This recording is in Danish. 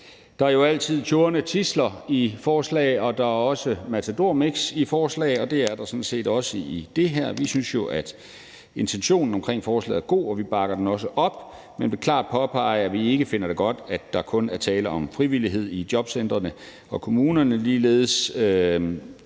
Der er jo altid torne og tidsler i forslag, og der er også Matador Mix i forslag, og det er der sådan set også i det her. Vi synes jo, at intentionen med forslaget er god, og vi bakker det også op. Men vi vil klart påpege, at vi ikke finder det godt, at der kun er tale om frivillighed i jobcentrene og ligeledes